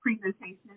presentation